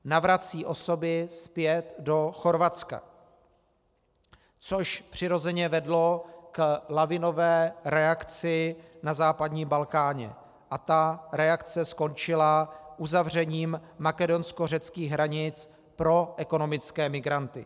Navrací osoby zpět do Chorvatska, což přirozeně vedlo k lavinové reakci na západním Balkáně, a ta reakce skončila uzavřením makedonskořeckých hranic pro ekonomické migranty.